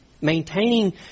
maintaining